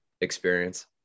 experience